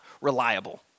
reliable